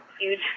Huge